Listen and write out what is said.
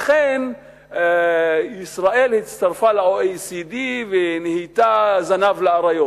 לכן ישראל הצטרפה ל-OECD ונהייתה זנב לאריות.